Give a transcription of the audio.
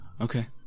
Okay